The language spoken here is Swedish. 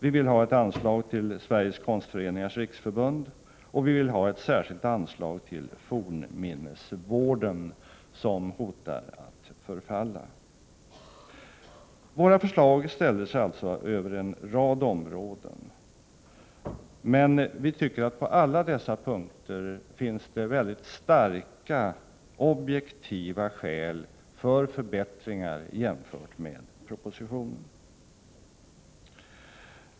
Vi vill ha ett anslag till Sveriges konstföreningars riksförbund, och vi vill ha ett särskilt anslag till fornminnesvården, som hotar att förfalla. Våra förslag sträcker sig alltså över en rad områden, men vi tycker att det på alla dessa punkter finns mycket starka objektiva skäl för förbättringar, jämfört med förslagen i propositionen.